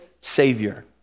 savior